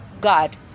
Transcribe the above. God